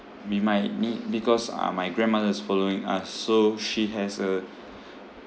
we might need because uh my grandmother is following us so she has a